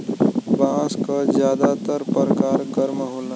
बांस क जादातर परकार गर्म होला